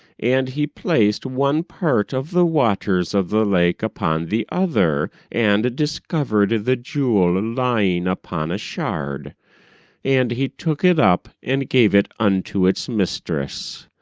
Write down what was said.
and he placed one part of the waters of the lake upon the other and discovered the jewel lying upon a shard and he took it up and gave it unto its mistress.